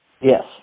Yes